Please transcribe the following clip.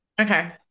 Okay